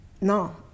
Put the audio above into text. No